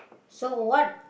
so what